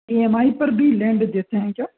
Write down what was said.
E M I پر بھی lend دیتے ہیں کیا